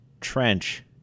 trench